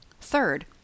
Third